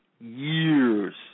years